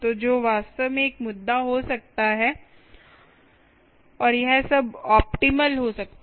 तो जो वास्तव में एक मुद्दा हो सकता है और यह सब ऑप्टीमल हो सकता है